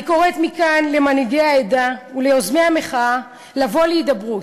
אני קוראת מכאן למנהיגי העדה וליוזמי המחאה לבוא להידברות.